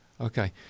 Okay